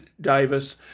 Davis